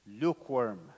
lukewarm